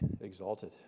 exalted